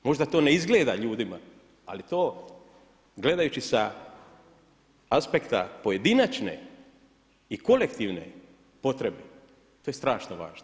Možda to ne izgleda ljudima, ali to, gledajući sa aspekta pojedinačne i kolektivne potrebe, to je strašno važno.